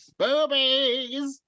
boobies